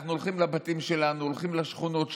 אנחנו הולכים לבתים שלנו, הולכים לשכונות שלנו,